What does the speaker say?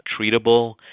treatable